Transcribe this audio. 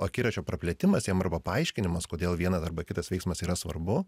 akiračio praplėtimas jiem arba paaiškinimas kodėl viena arba kitas veiksmas yra svarbu